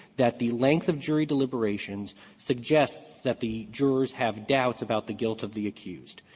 that the length of jury deliberations suggests that the jurors have doubts about the guilt of the accused.